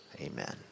Amen